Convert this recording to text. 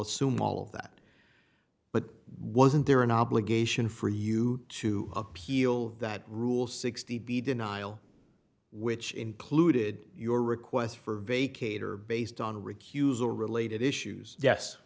assume all of that but wasn't there an obligation for you to appeal that rule sixty b denial which included your requests for vacate or based on recusal related issues yes